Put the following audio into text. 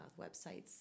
websites